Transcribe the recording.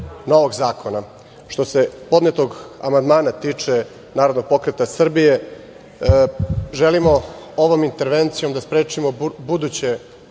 novog zakona? Što se podnetog amandmana tiče Narodnog pokreta Srbije, želimo ovom intervencijom da sprečimo buduće